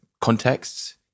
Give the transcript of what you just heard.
contexts